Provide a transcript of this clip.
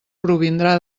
provindrà